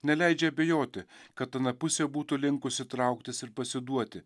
neleidžia abejoti kad ana pusė būtų linkusi trauktis ir pasiduoti